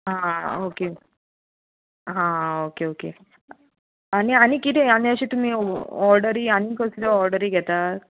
आं ओके हां okay okay आनी आनी कितें आसा तुमी ऑर्डरी आनी कसल्यो ऑर्डरी घेतात